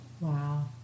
Wow